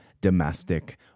domestic